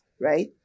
right